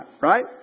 right